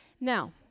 Now